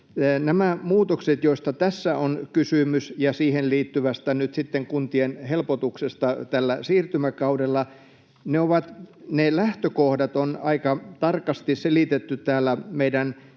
näiden muutosten, joista tässä on kysymys — ja siihen liittyvästä kuntien helpotuksesta tällä siirtymäkaudella — lähtökohdat on aika tarkasti selitetty meidän